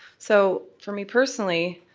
so, for me personally,